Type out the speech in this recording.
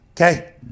okay